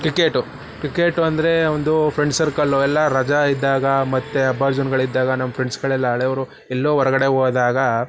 cricket cricket ಅಂದರೆ ಒಂದು friends circle ಎಲ್ಲ ರಜಾ ಇದ್ದಾಗ ಮತ್ತು ಹಬ್ಬ ಜನಗಳಿದ್ದಾಗ ನಮ್ಮ ಫ್ರೆಂಡ್ಸ್ಗಳೆಲ್ಲ ಹಳೆವ್ರು ಎಲ್ಲೋ ಹೊರ್ಗಡೆ ಹೋದಾಗ